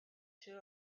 two